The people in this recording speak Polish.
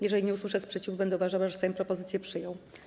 Jeżeli nie usłyszę sprzeciwu, będę uważała, że Sejm propozycję przyjął.